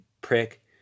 prick